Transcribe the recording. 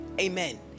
amen